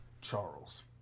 Charles